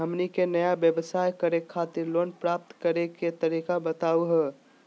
हमनी के नया व्यवसाय करै खातिर लोन प्राप्त करै के तरीका बताहु हो?